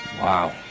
Wow